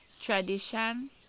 Tradition